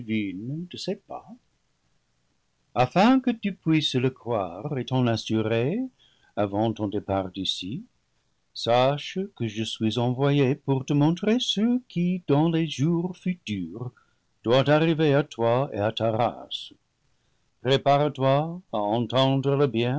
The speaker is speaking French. de ses pas afin que tu puisses le croire et l'en assurer avant ton départ d'ici sache que je suis envoyé pour te montrer ce qui dans les jours fu turs doit arriver à toi et à